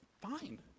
fine